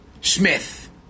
Smith